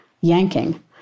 yanking